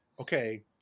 Okay